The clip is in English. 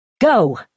Go